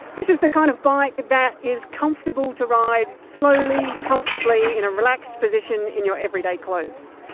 this is the kind of bike that is comfortable to ride slowly, comfortably in a relaxed position in your everyday clothes.